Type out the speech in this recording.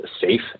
safe